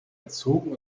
erzogen